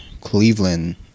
Cleveland